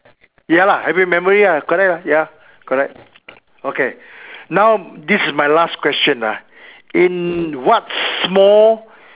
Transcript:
ya happy memory lah correct lah ya correct okay now this is my last question ah in what small